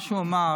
מה שהוא אמר,